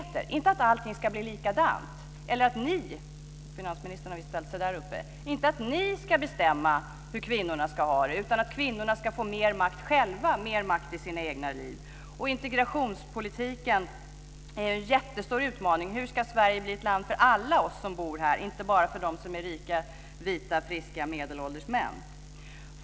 Det betyder inte att allting ska bli likadant eller att ni - finansministern har ställt sig längst bak i kammaren - ska bestämma hur kvinnorna ska ha det, utan kvinnorna ska få mer makt i sina egna liv. Integrationspolitiken är en jättestor utmaning. Hur ska Sverige bli ett land för alla som bor här, inte bara för dem som är rika, vita, friska, medelålders män?